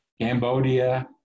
Cambodia